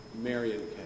Marion